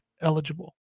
eligible